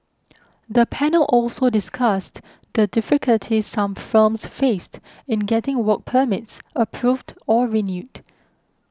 the panel also discussed the difficulties some firms faced in getting work permits approved or renewed